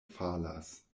falas